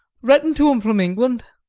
written to him from england,